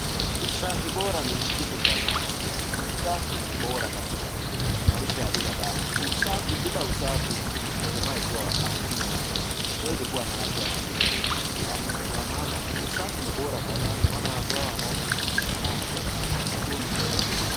Usafi bora ni kitu cha maana, usafi ni bora katika maisha ya binadamu, bila usafi natumai kuwa hakuna ,huwezi kuwa na afya ata kidogo, kwa maana naona watu hawa wanaweza wananawa mikono yao kwa sabuni ili.